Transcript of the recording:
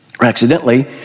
accidentally